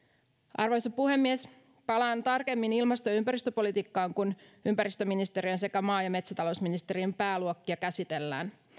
arvoisa puhemies palaan tarkemmin ilmasto ja ympäristöpolitiikkaan kun ympäristöministeriön sekä maa ja metsätalousministeriön pääluokkia käsitellään